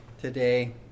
today